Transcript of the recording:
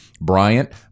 Bryant